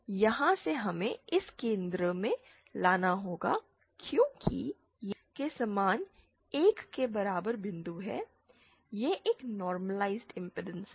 इसलिए यहां से हमें इसे केंद्र में लाना होगा क्योंकि यह Z के समान 1 के बराबर बिंदु है यह एक नॉर्मलआईजड इम्पीडेंस है